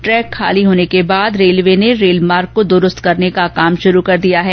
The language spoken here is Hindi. ट्रैक खाली होने के बाद रेलवे ने रेल मार्ग को दुरस्त करने का काम शुरू कर दिया है